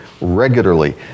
Regularly